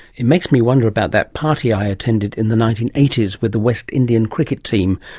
it makes me wonder about that party i attended in the nineteen eighty s with the west indian cricket team,